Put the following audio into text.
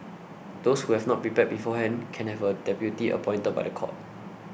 those who have not prepared beforehand can have a deputy appointed by the court